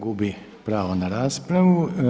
Gubi pravo na raspravu.